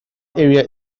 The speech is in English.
area